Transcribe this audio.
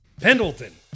Pendleton